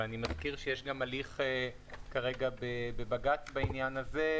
אני מזכיר שיש גם הליך כרגע בבג"ץ בעניין הזה,